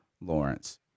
Lawrence